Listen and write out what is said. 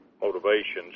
motivations